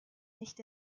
nicht